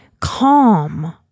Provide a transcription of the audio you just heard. Calm